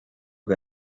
que